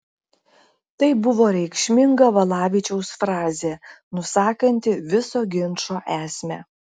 tai buvo reikšminga valavičiaus frazė nusakanti viso ginčo esmę